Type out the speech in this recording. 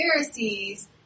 Pharisees